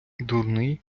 дурний